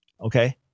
Okay